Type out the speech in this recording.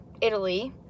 italy